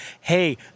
hey